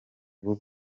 vuba